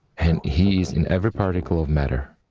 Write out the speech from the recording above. and he is in every particle of matter.